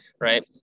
right